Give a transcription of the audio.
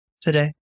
today